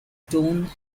stone